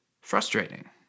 frustrating